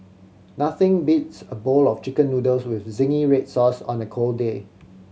nothing beats a bowl of Chicken Noodles with zingy red sauce on a cold day